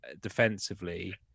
defensively